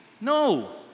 No